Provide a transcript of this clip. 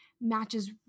matches